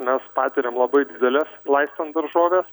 mes patiriam labai dideles laistant daržoves